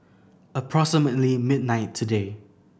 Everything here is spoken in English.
approximately midnight today